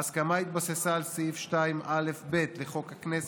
ההסכמה התבססה על סעיף 2א(ב) לחוק הכנסת,